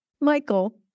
Michael